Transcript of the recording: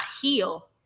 heal